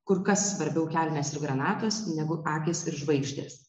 kur kas svarbiau kelnės ir granatos negu akys ir žvaigždės